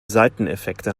seiteneffekte